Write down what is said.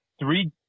three